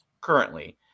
currently